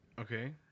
Okay